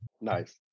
Nice